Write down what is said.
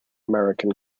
american